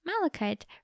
malachite